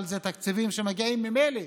אבל אלו תקציבים שמגיעים ממילא